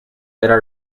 era